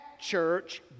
church